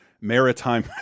maritime